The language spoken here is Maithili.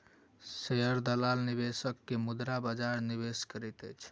शेयर दलाल निवेशक के मुद्रा बजार निवेश करैत अछि